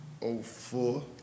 04